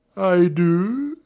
i do,